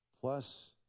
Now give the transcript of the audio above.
plus